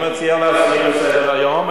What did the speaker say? אני מציע להסיר מסדר-היום,